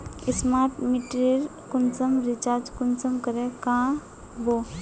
Smart मीटरेर कुंसम recharge कुंसम करे का बो?